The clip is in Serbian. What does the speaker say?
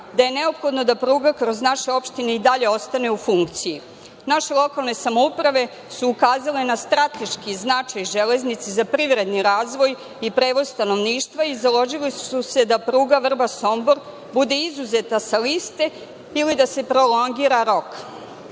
da je neophodno da pruga kroz naše opštine i dalje ostane u funkciji. Naše lokalne samouprave su ukazale na strateški značaj „Železnice“ za privredni razvoj i prevoz stanovništva i založile su se da pruga Vrbas-Sombor bude izuzeta sa liste ili da se prolongira rok.